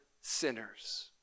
sinners